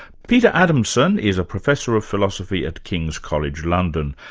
peter adamson is a professor of philosophy at king's college, london,